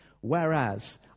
Whereas